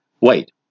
wait